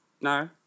No